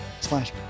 slash